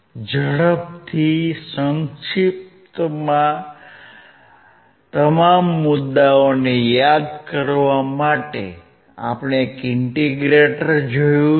ઝડપથી સંક્ષિપ્ત રીતે તમામ મુદાઓને યાદ કરવા માટે આપણે એક ઇન્ટિગ્રેટર જોયું છે